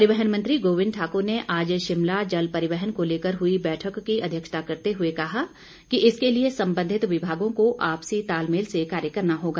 परिवहन मंत्री गोविंद ठाकुर ने आज शिमला जल परिवहन को लेकर हुई बैठक की अध्यक्षता करते हुए कहा कि इसके लिए संबंधित विभागों को आपसी तालमेल से कार्य करना होगा